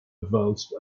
advanced